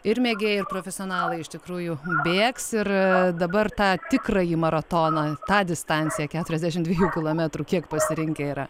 ir mėgėjai ir profesionalai iš tikrųjų bėgs ir dabar tą tikrąjį maratoną tą distanciją keturiasdešim dviejų kilometrų kiek pasirinkę yra